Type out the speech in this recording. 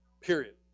Period